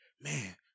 man